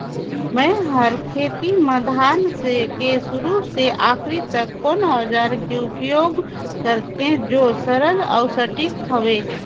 मै हर खेती म धान के शुरू से आखिरी तक कोन औजार के उपयोग करते जो सरल अउ सटीक हवे?